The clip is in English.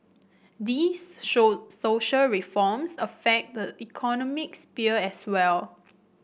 these so social reforms affect the economic sphere as well